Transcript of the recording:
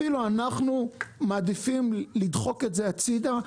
אפילו אנחנו מעדיפים לדחוק את זה הצידה,